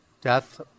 death